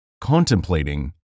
contemplating